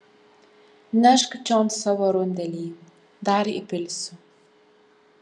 nešk čion savo rundelį dar įpilsiu